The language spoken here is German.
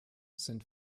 sind